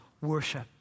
worship